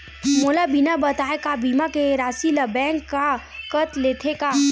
मोला बिना बताय का बीमा के राशि ला बैंक हा कत लेते का?